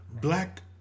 black